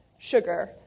sugar